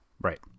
Right